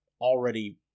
already